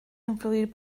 influir